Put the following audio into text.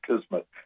Kismet